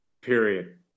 period